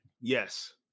Yes